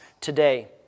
today